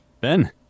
Ben